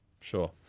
Sure